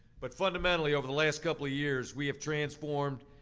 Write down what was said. but fundamentally, over the last couple years, we have transformed